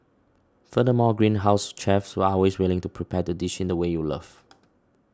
furthermore Greenhouse's chefs are always willing to prepare the dish in the way you love